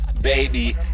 baby